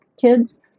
kids